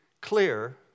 clear